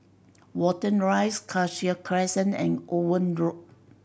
Watten Rise Cassia Crescent and Owen Road